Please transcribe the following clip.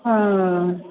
हँ